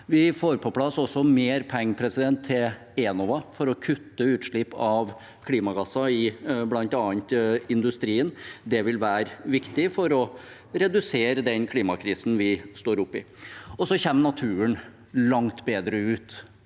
Vi får også på plass mer penger til Enova for å kutte utslipp av klimagasser i bl.a. industrien. Det vil være viktig for å redusere den klimakrisen vi står oppe i. Naturen kommer langt bedre ut